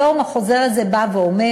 היום החוזר הזה בא ואומר,